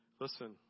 Listen